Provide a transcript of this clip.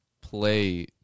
play